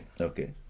Okay